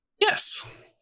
yes